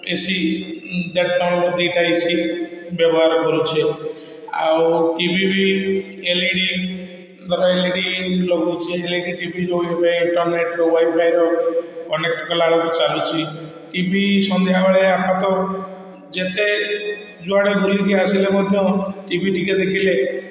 ଏ C ଦେଢ଼ ଟା ଦୁଇଟା ଏ ସି ବ୍ୟବହାର କରୁଛେ ଆଉ ଟି ଭି ବି L E D L E D ଲଗଉଛେ ହେଲେ ଏଲ ଇ ଡ଼ି ଟି ଭି ଇଣ୍ଟରନେଟର ୱାଇଫାଇର କନେକ୍ଟ କଲାବେଳକୁ ଚାଲୁଛି ଟି ଭି ସନ୍ଧ୍ୟାବେଳେ ଆମର ତ ଯେତେ ଯୁଆଡ଼େ ବୁଲିକି ଆସିଲେ ମଧ୍ୟ ଟି ଭି ଟିକେ ଦେଖିଲେ